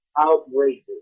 outrageous